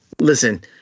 Listen